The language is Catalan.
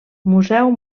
museu